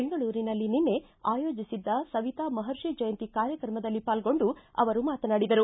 ಬೆಂಗಳೂರಿನಲ್ಲಿ ನಿನ್ನೆ ಆಯೋಜಿಸಿದ್ದ ಸವಿತಾ ಮಹರ್ಷಿ ಜಯಂತಿ ಕಾರ್ಯಕ್ರಮದಲ್ಲಿ ಪಾಲ್ಗೊಂಡು ಅವರು ಮಾತನಾಡಿದರು